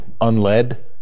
unled